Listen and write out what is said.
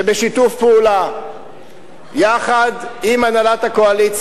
שבמו-ידינו אנחנו לוקחים מאות מיליוני